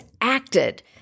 acted